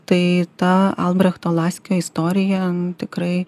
tai ta albrechto laskio istorija tikrai